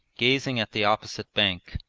gazing at the opposite bank.